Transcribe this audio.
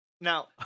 Now